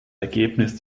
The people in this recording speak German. ergebnis